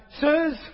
sirs